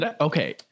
Okay